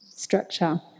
structure